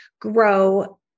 grow